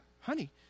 honey